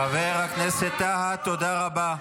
חבר הכנסת טאהא, תודה רבה.